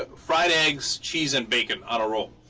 ah friday's trees and bigger on a roll